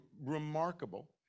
remarkable